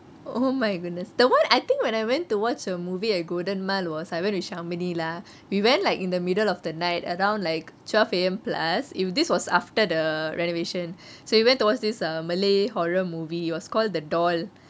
oh my goodness the [one] I think when I went to watch a movie at golden mile was I went with shamini lah we went like in the middle of the night around like twelve am plus this was after the renovation so we went to watch this err malay horror movie was called the doll